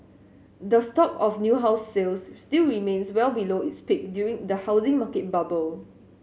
the stock of new house sales still remains well below its peak during the housing market bubble